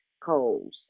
coals